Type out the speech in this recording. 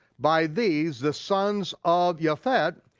by these the sons of yefet,